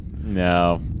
No